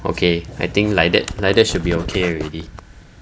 okay I think like that they should be okay already